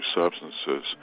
substances